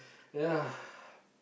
ya